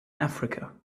africa